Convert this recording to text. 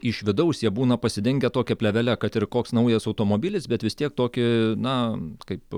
iš vidaus jie būna pasidengę tokia plėvele kad ir koks naujas automobilis bet vis tiek tokį na kaip